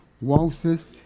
waltzes